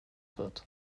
wird